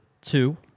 two